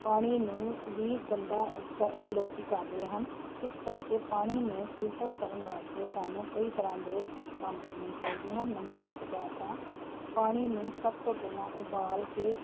ਪਾਣੀ ਨੂੰ ਵੀ ਗੰਦਾ ਕ ਲੋਕ ਕਰ ਰਹੇ ਹਨ ਇਸ ਕਰਕੇ ਪਾਣੀ ਨੂੰ ਫਿਲਟਰ ਕਰਨ ਵਾਸਤੇ ਸਾਨੂੰ ਕਈ ਤਰ੍ਹਾਂ ਦੇ ਕੰਮ ਕਰਨੇ ਚਾਹੀਦੇ ਹਨ ਨੰਬਰ ਇੱਕ 'ਤੇ ਤਾਂ ਪਾਣੀ ਨੂੰ ਸਭ ਤੋਂ ਪਹਿਲਾਂ ਉਬਾਲ ਕੇ